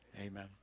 Amen